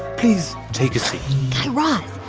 please take a seat guy raz,